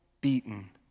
beaten